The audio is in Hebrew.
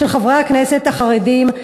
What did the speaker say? של חברי הכנסת החרדים.